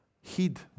heed